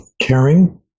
caring